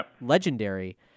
legendary